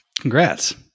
Congrats